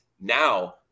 now